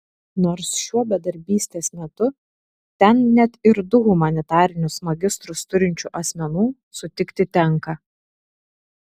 nors šiuo bedarbystės metu ten net ir du humanitarinius magistrus turinčių asmenų sutikti tenka